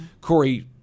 Corey –